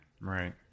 Right